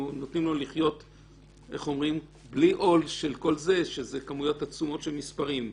נותנים לו לחיות בלי עול של כל זה שזה כמויות עצומות של מספרים.